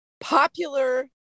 popular